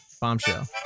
bombshell